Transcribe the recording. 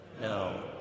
No